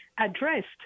addressed